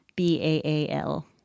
B-A-A-L